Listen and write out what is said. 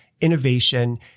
innovation